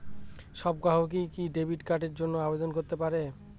সব গ্রাহকই কি ডেবিট কার্ডের জন্য আবেদন করতে পারে?